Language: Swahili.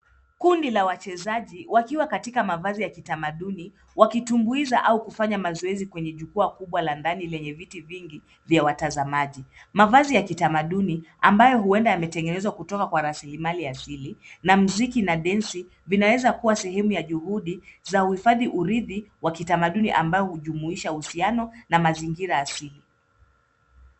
Kundi la wachezaji wakiwa katika mavazi ya kitamaduni wakitumbuiza au kufanya mazoezi kwenye jukwaa kubwa la ndani lenye viti vingi vya watazamaji. Mavazi ya kitamaduni ambayo huenda yametengenezwa kutoka kwa rasilimali asili na muziki na densi vinaweza kuwa sehemu ya juhudi za uhifadhi uridhi wa kitamaduni ambao hujumuisha uhusiano na mazingira asili.